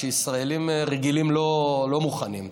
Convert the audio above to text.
שישראלים רגילים לא מוכנים.